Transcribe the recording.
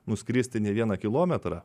nuskristi ne vieną kilometrą